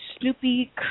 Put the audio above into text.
Snoopy